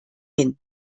hin